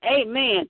amen